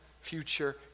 future